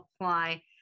apply